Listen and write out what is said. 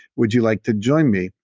would you like to join me?